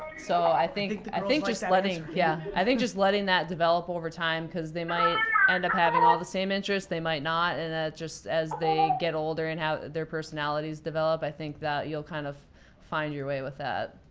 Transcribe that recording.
so i think i think just letting, yeah. i think just letting that develop over time cause they might end up having all the same interests. they might not, and that just as they get older and how their personalities develop, i think that you'll kind of find your way with that.